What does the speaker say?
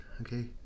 okay